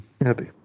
Happy